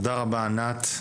תודה רבה ענת.